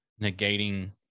negating